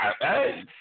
Hey